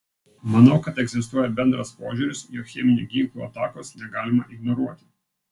manau kad egzistuoja bendras požiūris jog cheminių ginklų atakos negalima ignoruoti